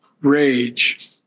rage